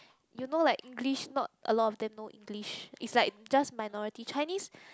you know like English not a lot of them know English is like just minority Chinese